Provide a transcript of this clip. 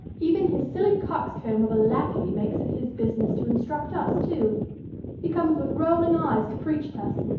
even his silly coxcomb of a lackey makes it his business to instruct us too he comes with rolling eyes to preach at us,